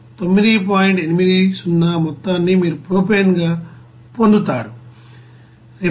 80 మొత్తాన్ని మీరు ప్రొపేన్ గా పొందుతారు